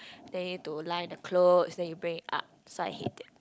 then you need to line the clothes then you bring it up so I hate it